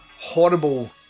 horrible